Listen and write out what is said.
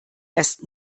erst